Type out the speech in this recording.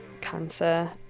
cancer